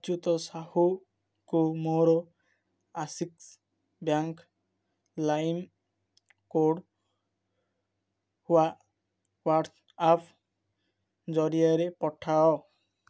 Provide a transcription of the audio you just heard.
ଅଚ୍ୟୁତ ସାହୁଙ୍କୁ ମୋର ଆସିକ୍ସ ବ୍ୟାଙ୍କ ଲାଇମ୍ କୋଡ଼୍ ହ୍ଵାଟ୍ସଆପ୍ ଜରିଆରେ ପଠାଅ